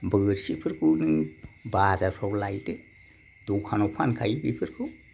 बोरसिफोरखौ नों बाजारफ्राव लायदो दखानाव फानखायो बेफोरखौ